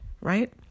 right